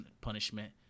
punishment